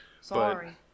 Sorry